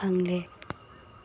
ꯐꯪꯂꯦ